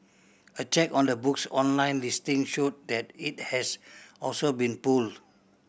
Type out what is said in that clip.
a check on the book's online listing showed that it has also been pulled